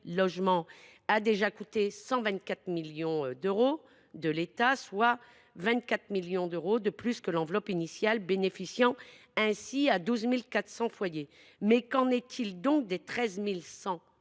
900 logements a déjà coûté 124 millions d’euros à l’État, soient 24 millions de plus que l’enveloppe initiale, bénéficiant ainsi à 12 400 foyers. Qu’en est il donc des 13 100